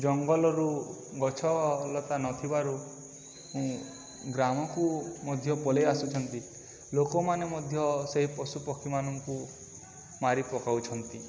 ଜଙ୍ଗଲରୁ ଗଛ ଲତା ନଥିବାରୁ ଗ୍ରାମକୁ ମଧ୍ୟ ପଳାଇ ଆସୁଛନ୍ତି ଲୋକମାନେ ମଧ୍ୟ ସେଇ ପଶୁପକ୍ଷୀ ମାନଙ୍କୁ ମାରି ପକାଉଛନ୍ତି